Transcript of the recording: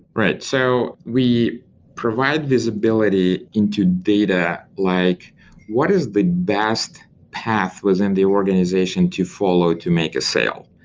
right. so we provide visibility into data like what is the best path within the organization to follow to make a sale?